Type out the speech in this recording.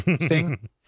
sting